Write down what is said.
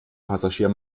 passagier